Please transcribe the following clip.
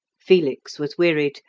felix was wearied,